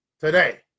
today